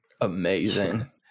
amazing